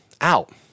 out